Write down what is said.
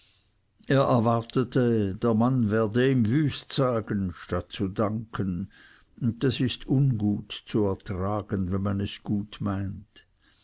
er erwartete der mann werde ihm wüst sagen statt zu danken und das ist ungut zu ertragen wenn man es gut meint